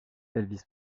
elvis